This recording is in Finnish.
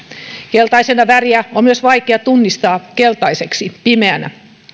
keltaista väriä on myös vaikea tunnistaa keltaiseksi pimeällä